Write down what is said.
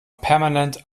permanent